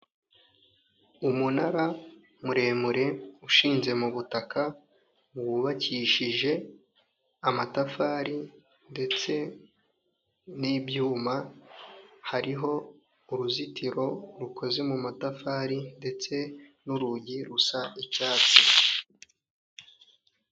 Umunara muremure ushinze mu butaka wubakishije amatafari ndetse n'ibyuma, hariho uruzitiro rukoze mu matafari ndetse n'urugi rusa icyatsi.